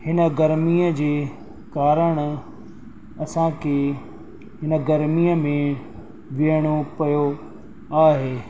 हिन गर्मी जे कारणु असांखे हिन गर्मीअ में विहणो पियो आहे